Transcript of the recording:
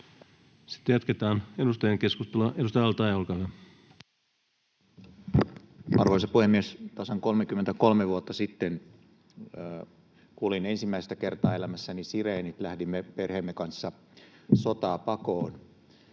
Sitten jatketaan edustajien keskustelua. — Edustaja al-Taee, olkaa hyvä. Arvoisa puhemies! Tasan 33 vuotta sitten kuulin ensimmäistä kertaa elämässäni sireenit. Lähdimme perheemme kanssa sotaa pakoon.